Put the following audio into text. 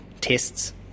tests